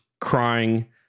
crying